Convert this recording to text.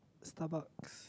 Starbucks